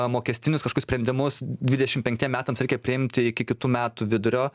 mokestinius sprendimus dvidešimt penktiem metams reikia priimti iki kitų metų vidurio